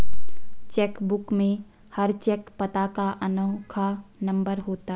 check book में हर cheque पता का अनोखा नंबर होता है